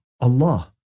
Allah